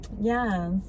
Yes